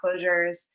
closures